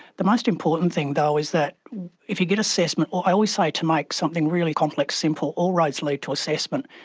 the most important thing though is that if you get assessment, i always say to make something really complex simple, all roads lead to assessment.